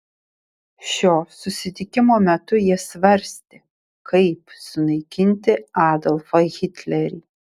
šio susitikimo metu jie svarstė kaip sunaikinti adolfą hitlerį